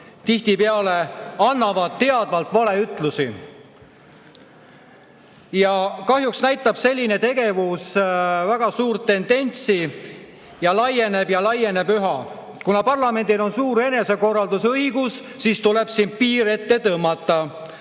tihtipeale annavad teadvalt valeütlusi. Kahjuks näitab selline tegevus väga [halba] tendentsi: see laieneb üha. Kuna parlamendil on suur enesekorraldusõigus, siis tuleb sellele piir ette tõmmata,